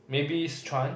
maybe Sichuan